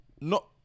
No